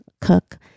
cook